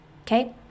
Okay